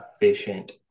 efficient